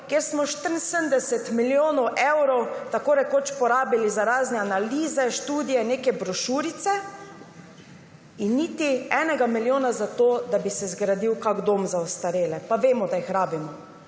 kjer smo 74 milijonov evrov tako rekoč porabili za razne analize, študije, neke brošurice in niti 1 milijona za to, da bi se zgradil kak dom za ostarele, pa vemo, da jih rabimo.